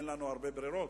ואין לנו הרבה ברירות,